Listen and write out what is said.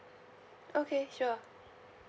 okay sure